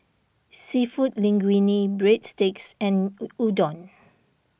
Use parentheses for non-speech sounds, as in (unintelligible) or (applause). Seafood Linguine Breadsticks and (unintelligible) Udon